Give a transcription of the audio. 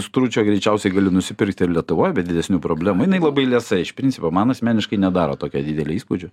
stručio greičiausiai galiu nusipirkt ir lietuvoj be didesnių problemų jinai labai liesa iš principo man asmeniškai nedaro tokio didelio įspūdžio